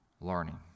learning